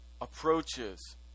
approaches